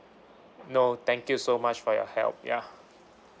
no thank you so much for your help ya